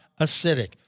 acidic